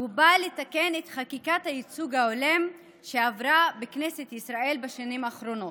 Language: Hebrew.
והוא בא לתקן את חקיקת הייצוג ההולם שעברה בכנסת ישראל בשנים האחרונות.